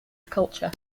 culture